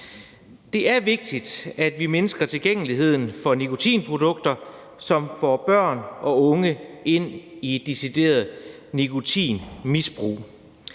Det er vigtigt, at vi mindsker tilgængeligheden af nikotinprodukter, som får børn og unge ind i et decideret nikotinmisbrug.